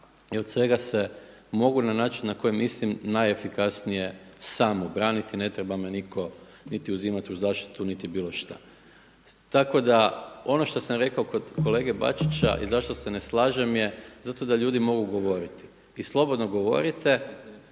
i od svega se mogu na način na koji mislim najefikasnije sam obraniti, ne treba me nitko niti uzimati u zaštitu niti bilo šta tako da ono što sam rekao kolege Bačića i zašto se ne slažem je zato da ljudi mogu govorit i slobodno govorite